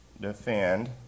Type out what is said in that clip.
defend